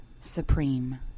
supreme